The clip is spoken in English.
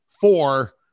four